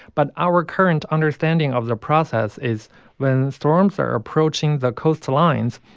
but our current understanding of the process is when storms are approaching the coastlines,